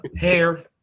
hair